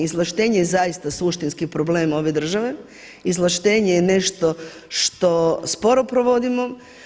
Izvlaštenje je zaista suštinski problem ove države, izvlaštenje je nešto što sporo provodimo.